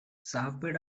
சாப்பிட